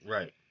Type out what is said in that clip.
Right